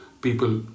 people